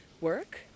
work